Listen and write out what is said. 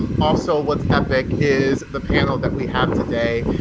um also, what's epic is the panel that we have today.